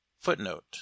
Footnote